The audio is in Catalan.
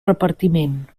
repartiment